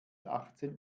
achtzehn